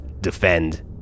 defend